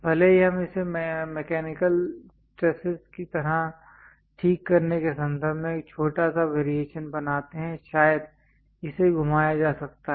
भले ही हम इसे मैकेनिकल स्ट्रेसेस की तरह ठीक करने के संदर्भ में एक छोटा सा वेरिएशन बनाते हैं शायद इसे घुमाया जा सकता है